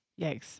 Yikes